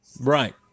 Right